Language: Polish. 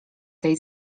tej